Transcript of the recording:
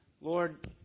Lord